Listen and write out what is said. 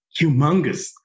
humongous